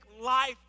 life